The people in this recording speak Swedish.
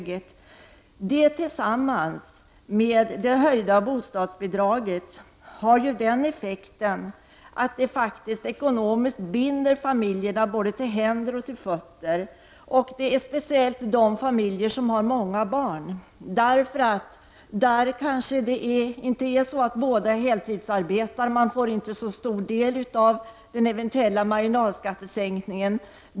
Detta tillsammans med ett höjt bostadsbidrag har den effekten att man faktiskt ekonomiskt binder familjerna både till händer och till fötter. Detta gäller speciellt de familjer som har fler barn och där kanske inte båda föräldrar är heltidsarbetande. Då får man inte så stor del av den eventuella marginalskattesänkningen.